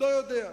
לא יודע.